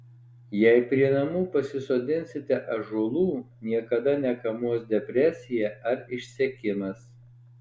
jei prie namų pasisodinsite ąžuolų niekada nekamuos depresija ar išsekimas